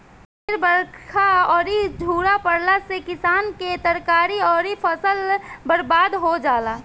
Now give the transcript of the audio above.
ढेर बरखा अउरी झुरा पड़ला से किसान के तरकारी अउरी फसल बर्बाद हो जाला